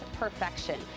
perfection